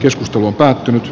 keskustelu on päättynyt